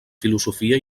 filosofia